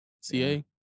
CA